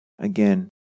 again